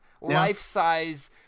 life-size